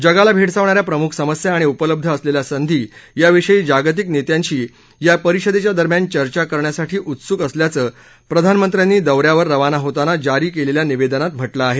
जगाला भेडसावणाऱ्या प्रम्ख समस्या णि उपलब्ध असलेल्या संधी याविषयी जागतिक नेत्यांशी या परिषदेच्या दरम्यान चर्चा करण्यासाठी उत्स्क असल्याचं प्रधानमंत्र्यांनी दौऱ्यावर रवाना होताना जारी केलेल्या निवेदनात म्ह लं हे